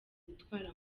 gutwara